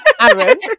Aaron